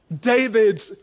David